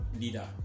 leader